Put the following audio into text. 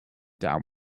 down